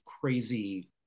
crazy